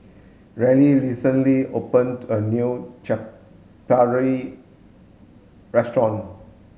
Riley recently opened a new Chaat Papri restaurant